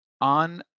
on